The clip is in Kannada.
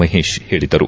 ಮಹೇಶ್ ಹೇಳಿದರು